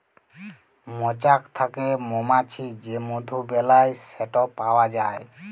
মচাক থ্যাকে মমাছি যে মধু বেলায় সেট পাউয়া যায়